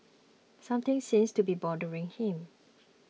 something seems to be bothering him